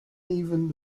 even